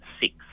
six